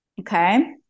Okay